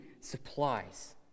supplies